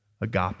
agape